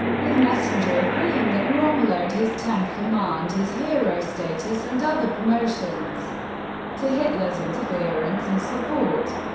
with messenger agreeing that rommel owed his tank command, his hero status and other promotions to hitler's interference and support.